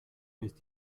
ist